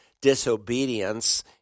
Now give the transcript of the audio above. disobedience